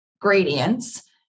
gradients